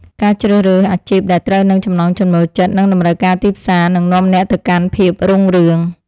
ការជ្រើសរើសអាជីពដែលត្រូវនឹងចំណង់ចំណូលចិត្តនិងតម្រូវការទីផ្សារនឹងនាំអ្នកទៅកាន់ភាពរុងរឿង។